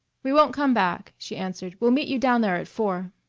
we won't come back, she answered, we'll meet you down there at four.